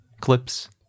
clips